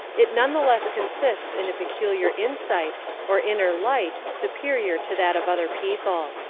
it none the less consists in a peculiar insight or inner light superior to that of other people.